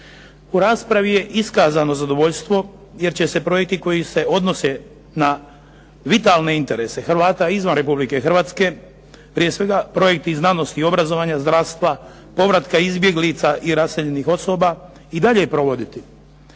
U raspravi je iskazano zadovoljstvo jer će se projekti koji se odnose na vitalne interese Hrvata izvan Republike Hrvatske, prije svega projekti znanosti i obrazovanja, zdravstva, povratka izbjeglica i raseljenih osoba, i dalje provoditi,